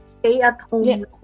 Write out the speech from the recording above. stay-at-home